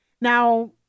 Now